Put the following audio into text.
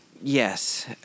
Yes